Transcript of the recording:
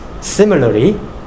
similarly